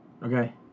Okay